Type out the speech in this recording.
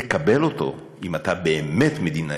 תקבל אותו, אם אתה באמת מדינאי,